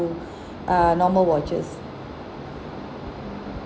to err normal watches